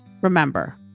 Remember